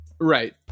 Right